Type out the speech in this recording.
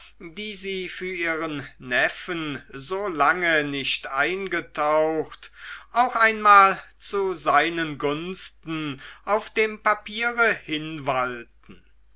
die sie für ihren neffen so lange nicht eingetaucht auch einmal zu seinen gunsten auf dem papiere hinwalten